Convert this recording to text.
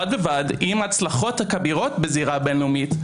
בד בבד עם ההצלחות הכבירות בזירה הבין-לאומית,